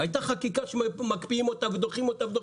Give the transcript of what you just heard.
הייתה חקיקה שהקפיאו ודחו.